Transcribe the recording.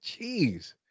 Jeez